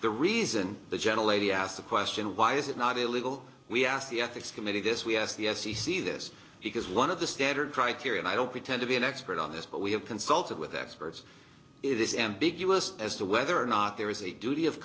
the reason the gentle lady asked the question why is it not illegal we ask the ethics committee this we ask the f c c this because one of the standard criteria and i don't pretend to be an expert on this but we have consulted with experts it is ambiguous as to whether or not there is a duty of